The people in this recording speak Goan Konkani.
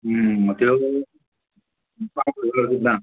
त्यो पा सपद्दा हा